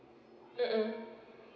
mm mm